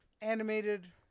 animated